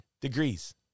degrees